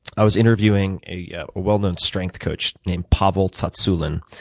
i was interviewing a yeah ah well-known strength coach named pavel tsatsouline.